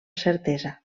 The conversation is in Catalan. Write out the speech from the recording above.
certesa